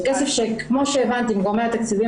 זה כסף שכמו שהבנתי מגורמי התקציבים